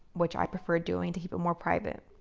which i prefer doing, to keep it more private.